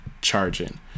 charging